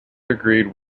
agreed